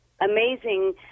amazing